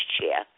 chair